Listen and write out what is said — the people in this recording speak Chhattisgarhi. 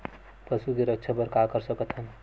पशु के रक्षा बर का कर सकत हन?